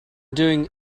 doing